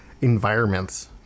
environments